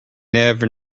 never